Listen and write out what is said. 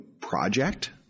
project